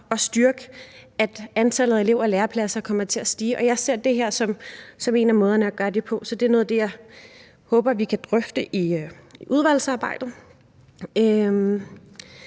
så antallet af antallet af elev- og lærepladser vil stige. Jeg ser det her som en af måderne at gøre det på. Det er noget af det, som jeg håber vi kan drøfte i udvalgsarbejdet.